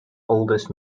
oldest